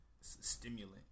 stimulant